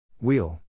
Wheel